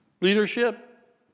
leadership